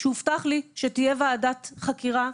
כשהובטח לי שתהיה ועדת חקירה,